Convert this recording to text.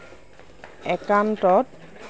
একাউণ্টত